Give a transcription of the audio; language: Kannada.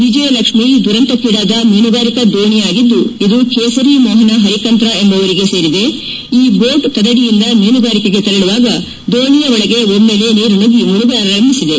ವಿಜಯಲಕ್ಷ್ಮೀ ದುರಂತಕ್ಷೀಡಾದ ಮೀನುಗಾರಿಕಾ ದೋಣಿ ಆಗಿದ್ದು ಇದು ಕೇಸರಿ ಮೋಹನ ಪರಿಕಂತ್ರ ಎಂಬುವವರಿಗೆ ಸೇರಿದ ಈ ದೋಟ್ ತದಡಿಯಿಂದ ಮೀನುಗಾರಿಕೆಗೆ ತೆರಳುವಾಗ ದೋಣಿಯ ಒಳಗೆ ಒಮ್ನೇಲೆ ನೀರು ನುಗ್ಗಿ ಮುಳುಗಲಾರಂಭಿಸಿದೆ